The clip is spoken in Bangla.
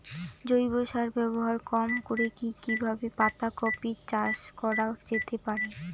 জৈব সার ব্যবহার কম করে কি কিভাবে পাতা কপি চাষ করা যেতে পারে?